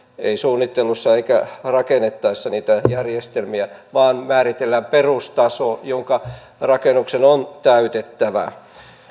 ei suunnittelussa eikä rakennettaessa niitä järjestelmiä vaan määritellään perustaso joka rakennuksen on täytettävä